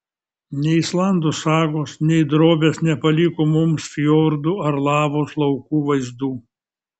nei islandų sagos nei drobės nepaliko mums fjordų ar lavos laukų vaizdų